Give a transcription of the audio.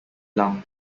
lung